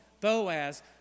Boaz